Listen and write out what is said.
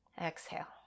exhale